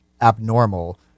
abnormal